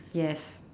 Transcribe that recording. yes